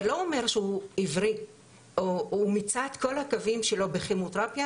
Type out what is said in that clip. זה לא אומר שהוא הבריא או שהוא מיצה את כל הקווים שלו בכימותרפיה,